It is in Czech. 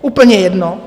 Úplně jedno.